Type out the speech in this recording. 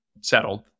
settled